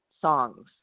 SONGS